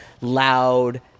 loud